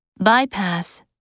Bypass